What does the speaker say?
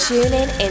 TuneIn